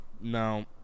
No